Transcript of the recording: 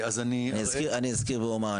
אני אזכיר ואומר,